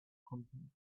content